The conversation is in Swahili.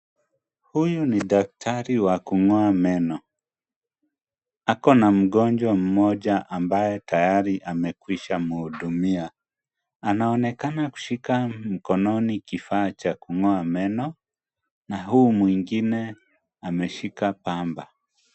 Huyu ni daktari wa kung'oa meno. Ako na mgonjwa mmoja ambaye tayari amekwisha mhudumia. Anaonekana kushika mkononi kifaa cha kung'oa meno na huu mwingine ameshika pamba.